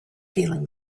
feeling